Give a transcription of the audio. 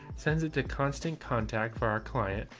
sends it to constant contact for our client,